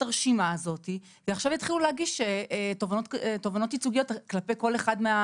הרשימה הזאת ועכשיו יתחילו להגיש תובענות ייצוגיות כלפי כל אחד.